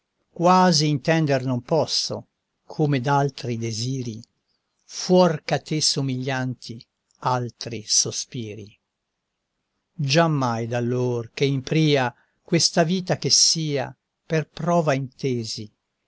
quasi intender non posso come d'altri desiri fuor ch'a te somiglianti altri sospiri giammai d'allor che in pria questa vita che sia per prova intesi